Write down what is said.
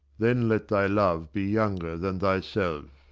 then let thy love be younger than thyself,